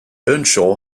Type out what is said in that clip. earnshaw